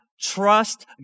Trust